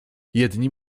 jedni